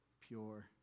pure